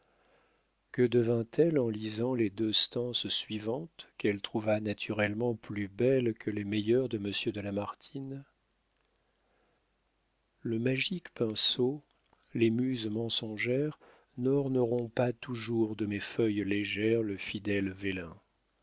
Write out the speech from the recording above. que devint-elle en lisant les deux stances suivantes qu'elle trouva naturellement plus belles que les meilleures de monsieur de lamartine le magique pinceau les muses mensongères n'orneront pas toujours de mes feuilles légères le fidèle